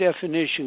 definition